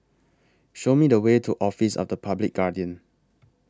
Show Me The Way to Office of The Public Guardian